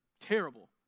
terrible